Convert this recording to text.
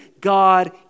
God